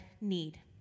need